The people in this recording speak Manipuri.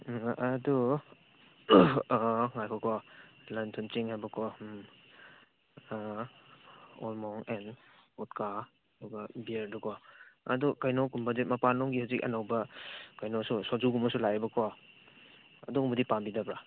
ꯎꯝ ꯑꯗꯨ ꯑꯥ ꯉꯥꯏꯈꯣꯀꯣ ꯂꯟꯊꯨꯆꯤꯡ ꯍꯥꯏꯕꯀꯣ ꯑꯥ ꯑꯣꯜ ꯃꯣꯡ ꯑꯦꯟ ꯕꯣꯠꯀꯥ ꯑꯗꯨꯒ ꯕꯤꯌꯔꯗꯨꯀꯣ ꯑꯗꯨ ꯀꯩꯅꯣꯒꯨꯝꯕꯗꯤ ꯃꯄꯥꯟ ꯂꯣꯝꯒꯤ ꯍꯧꯖꯤꯛ ꯑꯅꯧꯕ ꯀꯩꯅꯣꯁꯨ ꯁꯣꯖꯨꯒꯨꯝꯕꯁꯨ ꯂꯥꯛꯑꯦꯕꯀꯣ ꯑꯗꯨꯒꯨꯝꯕꯗꯤ ꯄꯥꯝꯕꯤꯗꯕ꯭ꯔꯥ